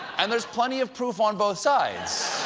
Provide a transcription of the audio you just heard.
and there's plenty of proof on both sides.